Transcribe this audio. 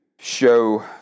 show